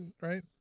right